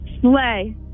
Slay